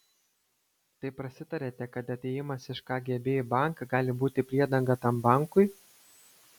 tai prasitarėte kad atėjimas iš kgb į banką gali būti priedanga tam bankui